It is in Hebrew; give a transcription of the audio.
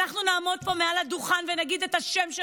אנחנו נעמוד פה מעל הדוכן ונגיד את השם של